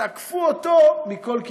תקפו אותו מכל כיוון.